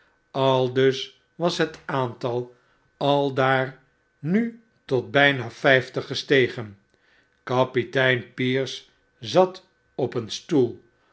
aldus was het aantal aldaar nu tot bgna vyftig gestegen kapitein pierce zat op een stoel